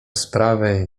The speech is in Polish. sprawy